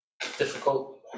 difficult